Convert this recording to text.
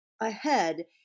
ahead